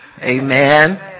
Amen